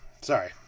sorry